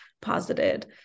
posited